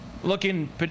looking